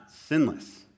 sinless